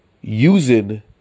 using